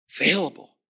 available